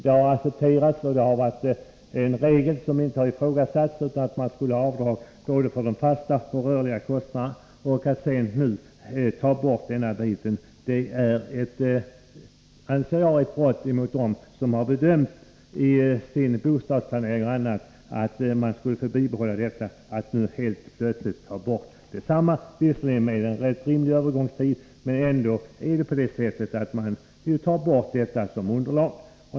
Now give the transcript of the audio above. Den har accepterats och inte ifrågasatts — man skulle ha avdrag för både de fasta och de rörliga kostnaderna. Att helt plötsligt ta bort denna del av avdragsunderlaget anser jag vara ett brott mot dem som har grundat sin bostadsplanering på att man skulle få behålla detta avdrag. Visserligen är det en rimlig övergångstid, men man tar ändå bort detta som underlag.